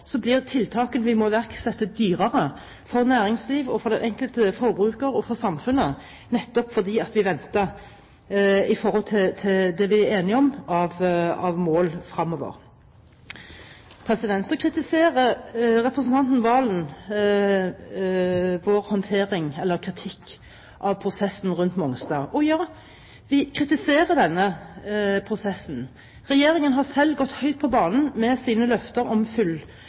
Så kritiserer representanten Serigstad Valen vår kritikk av prosessen rundt Mongstad. Ja, vi kritiserer denne prosessen. Regjeringen har selv gått høyt på banen med sine løfter om full